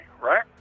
right